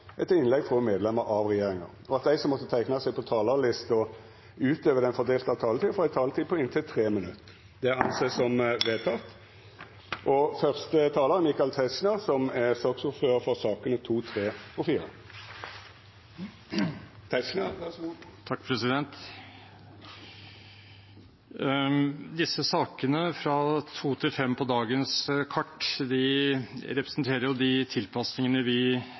etter innlegg frå medlemer av regjeringa, og at dei som måtte teikna seg på talarlista utover den fordelte taletida, får ei taletid på inntil 3 minutt. – Det er vedteke. Disse sakene, nr. 2–5 på dagens kart, representerer de tilpasningene vi